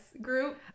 group